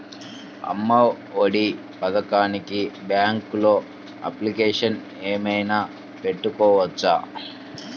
అమ్మ ఒడి పథకంకి బ్యాంకులో అప్లికేషన్ ఏమైనా పెట్టుకోవచ్చా?